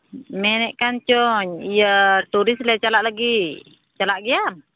ᱢᱮᱱᱮᱫ ᱠᱟᱱ ᱪᱚᱧ ᱤᱭᱟᱹ ᱴᱩᱨᱤᱥᱴ ᱞᱮ ᱪᱟᱞᱟᱜ ᱞᱟᱹᱜᱤᱫ ᱪᱟᱞᱟᱜ ᱜᱮᱭᱟᱢ